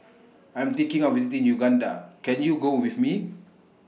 I'm thinking of visiting Uganda Can YOU Go with Me